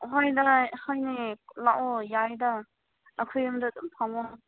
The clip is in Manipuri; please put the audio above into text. ꯍꯣꯏ ꯅꯨꯡꯉꯥꯏ ꯍꯣꯏꯅꯦ ꯂꯥꯛꯑꯣ ꯌꯥꯔꯦꯗ ꯑꯩꯈꯣꯏꯔꯣꯝꯗ ꯑꯗꯨꯝ ꯐꯝꯃꯣ